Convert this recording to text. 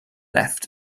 left